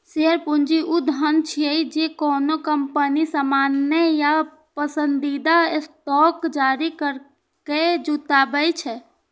share पूंजी ऊ धन छियै, जे कोनो कंपनी सामान्य या पसंदीदा स्टॉक जारी करैके जुटबै छै